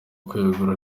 kwegura